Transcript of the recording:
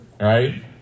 right